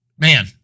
Man